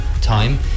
time